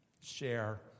Share